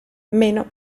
meno